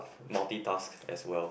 multitask as well